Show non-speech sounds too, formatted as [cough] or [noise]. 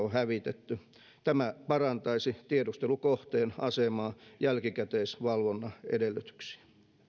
[unintelligible] on hävitetty tämä parantaisi tiedustelukohteen asemaa ja jälkikäteisvalvonnan edellytyksiä